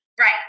Right